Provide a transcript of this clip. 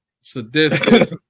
sadistic